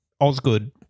Osgood